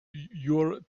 your